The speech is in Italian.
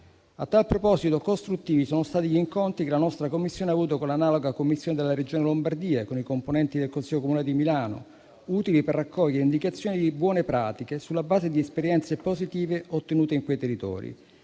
A tal proposito costruttivi sono stati gli incontri che la nostra Commissione ha avuto con l'analoga commissione della Regione Lombardia e con i componenti del Consiglio comunale di Milano, utili per raccogliere indicazioni di buone pratiche, sulla base di esperienze positive ottenute in quei territori,